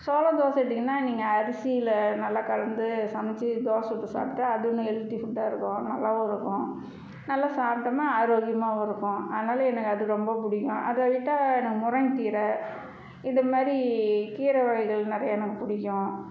சோளதோசை எடுத்திங்கனா நீங்கள் அரிசியில் நல்லா கலந்து சமைத்து தோசை சுட்டு சாப்பிட்டா அது இன்னும் ஹெல்த்தி ஃபுட்டாக இருக்கும் நல்லாவும் இருக்கும் நல்லா சாப்பிட்டோம்னா ஆரோக்கியமாகவும் இருக்கும் அதனால எனக்கு அது ரொம்ப பிடிக்கும் அதை விட்டால் எனக்கு முருங்கக்கீரை இதுமாதிரி கீரை வகைகள் நிறைய எனக்கு பிடிக்கும்